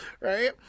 right